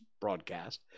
broadcast